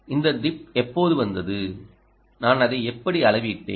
இந்த டிப் எப்போது வந்தது நான் அதை எப்படி அளவிட்டேன்